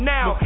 Now